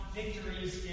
victories